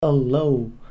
Hello